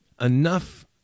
enough